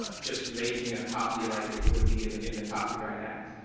ah just making a copy like it would be in in the copyright act.